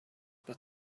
but